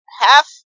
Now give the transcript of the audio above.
half